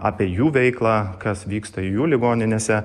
apie jų veiklą kas vyksta jų ligoninėse